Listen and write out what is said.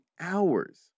hours